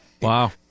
Wow